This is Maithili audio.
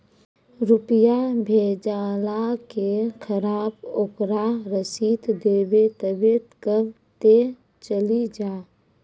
रुपिया भेजाला के खराब ओकरा रसीद देबे तबे कब ते चली जा?